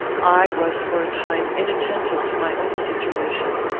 i was for a time inattentive to my own situation.